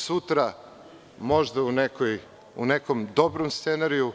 Sutra možda u nekom dobrom scenariju